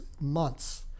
months